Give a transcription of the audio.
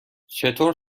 چطور